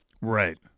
Right